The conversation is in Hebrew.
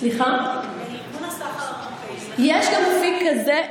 ארגון הסחר האירופי, יש גם אפיק כזה.